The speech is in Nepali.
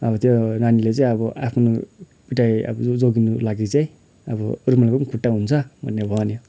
अब त्यो नानीले चाहिँ अब आफ्नो पिटाइबाट जोगिनको लागि चाहिँ अब रुमको पनि खुट्टा हुन्छ भन्ने भन्यो